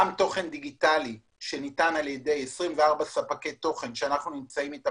גם תוכן דיגיטלי שניתן על ידי 24 ספקי תוכן שאנחנו נמצאים אתם